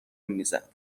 میزد